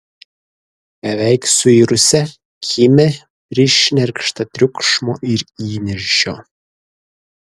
beveik suirusią kimią prišnerkštą triukšmo ir įniršio